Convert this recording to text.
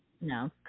no